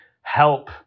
help